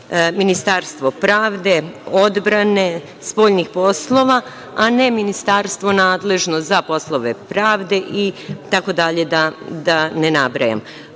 Ministarstvo pravde, odbrane, spoljnih poslova, a ne Ministarstvo nadležno za poslove pravde itd, da ne nabrajam. Konkretno